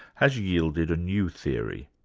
has yielded a new theory.